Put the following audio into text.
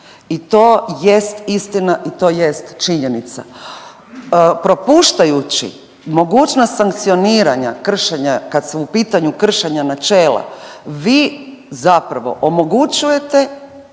I to jest istina i to jest činjenica. Propuštajući mogućnost sankcioniranja, kršenja kad su u pitanju kršenja načela vi zapravo omogućujete